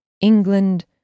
England